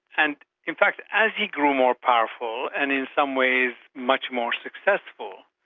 and in fact as he grew more powerful, and in some ways much more successful,